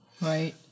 Right